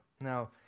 Now